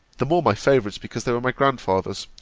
the more my favourites because they were my grandfather's,